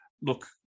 Look